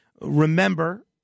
remember